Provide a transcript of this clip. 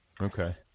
Okay